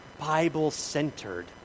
Bible-centered